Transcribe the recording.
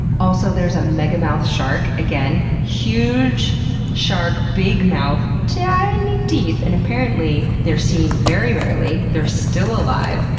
also, there's a megamouth shark. again, huge shark. big mouth. tiiiiny teeth. and apparently they're seen very rarely. they're still alive.